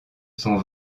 sont